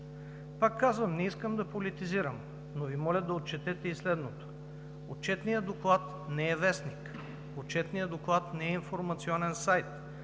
Пак казвам, не искам да политизирам, но Ви моля да отчетете и следното. Отчетният доклад не е вестник, Отчетният доклад не е информационен сайт.